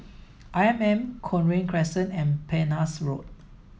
I M M Cochrane Crescent and Penhas Road